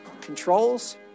controls